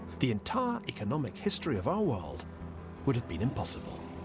the entire economic history of our world would have been impossible.